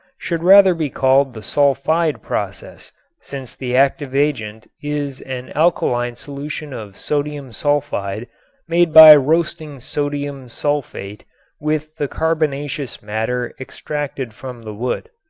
should rather be called the sulfide process since the active agent is an alkaline solution of sodium sulfide made by roasting sodium sulfate with the carbonaceous matter extracted from the wood.